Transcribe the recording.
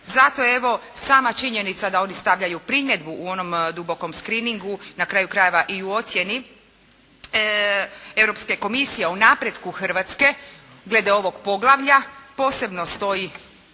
Zato evo sama činjenica da oni stavljaju primjedbu u onom dubokom screeningu, na kraju krajeva i u ocjeni Europske komisije o napretku Hrvatske glede ovog poglavlja posebno stoji